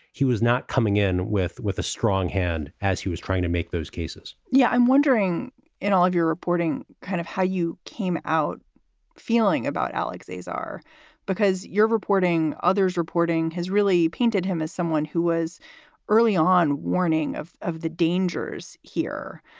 he was not coming in with with a strong hand as he was trying to make those cases yeah, i'm wondering in all of your reporting, kind of how you came out feeling about alex are because you're reporting others reporting has really painted him as someone who was early on warning of of the dangers here,